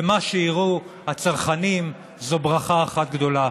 ומה שיראו הצרכנים זו ברכה אחת גדולה.